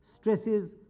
stresses